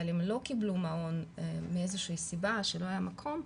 הם לא קיבלו מעון מאיזה שהיא סיבה שלא היה מקום,